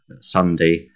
Sunday